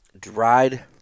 dried